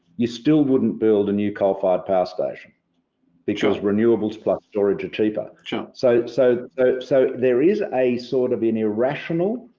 you still wouldn't build a new coal fired power station because renewables plus storage are cheaper. so so so there is a sort of an irrational,